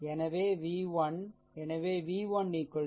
எனவே இது v1